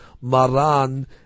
Maran